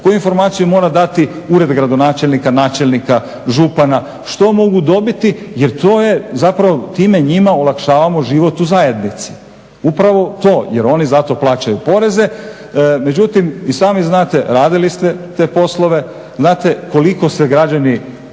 koju informaciju im mora dati Ured gradonačelnika, načelnika, župana, što mogu dobiti jer time njima olakšavaju život u zajednici, upravo to jer oni zato plaćaju poreze. Međutim i sami znate radili ste te poslove, znate koliko se građani